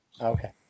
Okay